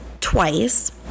twice